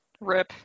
Rip